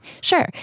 Sure